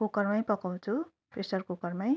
कुकरमै पकाउँछु प्रेसर कुकरमै